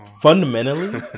fundamentally